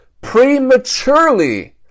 prematurely